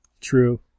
true